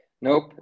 Nope